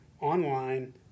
online